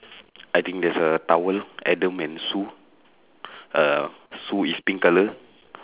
I think there's a towel adam and sue uh sue is pink colour